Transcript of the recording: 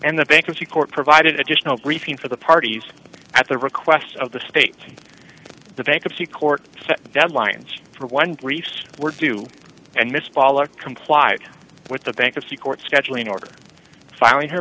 and the bankruptcy court provided additional briefing for the parties at the request of the state the bankruptcy court set deadlines for one briefs were due and miss pollard complied with the bankruptcy court scheduling order filing her